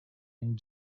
and